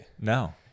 No